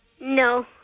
No